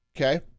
okay